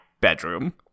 bedroom